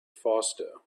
faster